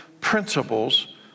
principles